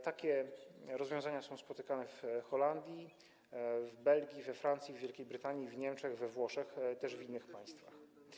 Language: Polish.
Takie rozwiązania są spotykane w Holandii, w Belgii, we Francji, w Wielkiej Brytanii, w Niemczech, we Włoszech, też w innych państwach.